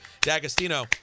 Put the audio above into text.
D'Agostino